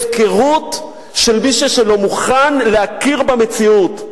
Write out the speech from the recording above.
הפקרות של מישהו שלא מוכן להכיר במציאות.